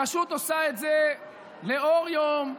הרשות עושה את זה לאור יום,